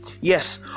yes